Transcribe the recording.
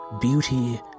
beauty